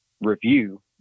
review